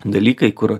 dalykai kur